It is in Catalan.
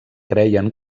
creien